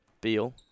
Beal